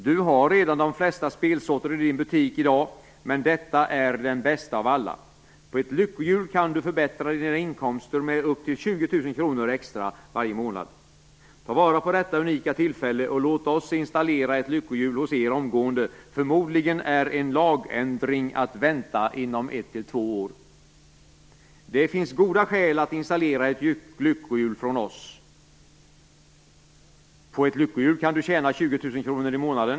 Du har redan de flesta spelsorter i din butik i dag, men detta är den bästa av alla. På ett lyckohjul kan du förbättra dina inkomster med upp till 20 000 kr extra varje månad! Ta vara på detta unika tillfälle och låt oss installera ett lyckohjul hos er omgående. Förmodligen är en lagändring att vänta inom 1-2 år. Det finns goda skäl att installera ett lyckohjul från oss: På ett lyckohjul kan du tjäna 20 000 kr/månad.